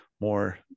more